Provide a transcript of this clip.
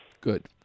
Good